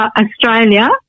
Australia